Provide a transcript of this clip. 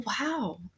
wow